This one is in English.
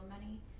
money